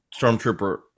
stormtrooper